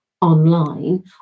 online